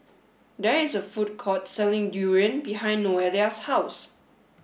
there is a food court selling durian behind Noelia's house